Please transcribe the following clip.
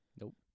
Nope